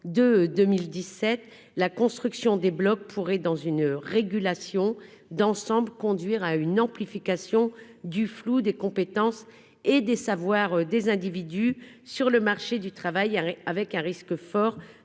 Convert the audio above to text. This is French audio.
que « la construction des blocs pourrait, sans une régulation d'ensemble, conduire à une amplification du flou des compétences et des savoirs des individus sur le marché du travail, avec un risque fort